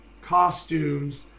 costumes